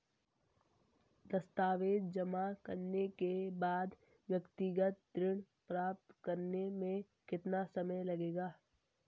दस्तावेज़ जमा करने के बाद व्यक्तिगत ऋण प्राप्त करने में कितना समय लगेगा?